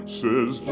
says